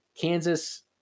Kansas